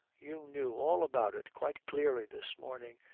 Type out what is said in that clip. you knew all about it quite clearly this morning.